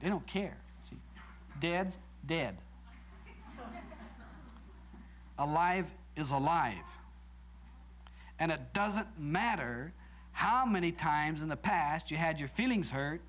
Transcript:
i don't care dead dead or alive is alive and it doesn't matter how many times in the past you had your